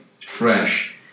fresh